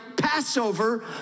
Passover